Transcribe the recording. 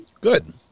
Good